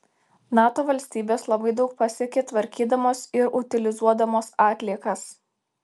nato valstybės labai daug pasiekė tvarkydamos ir utilizuodamos atliekas